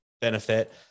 benefit